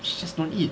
she just don't eat